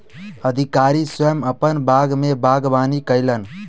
अधिकारी स्वयं अपन बाग में बागवानी कयलैन